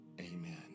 amen